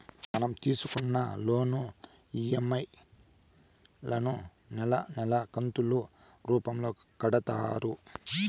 మనం తీసుకున్న loan EMI లను నెలా నెలా కంతులు రూపంలో కడతారు